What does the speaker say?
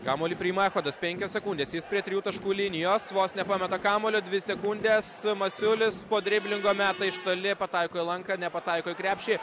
kamuolį priima ehodas penkios sekundes jis prie trijų taškų linijos vos nepameta kamuolio dvi sekundės masiulis po driblingo meta iš toli pataiko į lanką nepataiko į krepšį